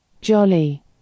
jolly